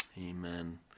amen